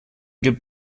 gibt